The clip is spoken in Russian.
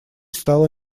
стало